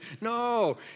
no